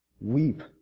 Weep